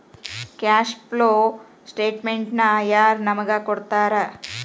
Cash flow ಸ್ಟೆಟಮೆನ್ಟನ ಯಾರ್ ನಮಗ್ ಕೊಡ್ತಾರ?